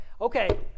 okay